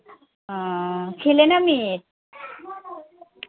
ও ছেলে না মেয়ে